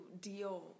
deal